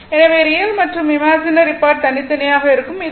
எனவே ரியல் மற்றும் imaginary part தனித்தனியாக இருக்கும்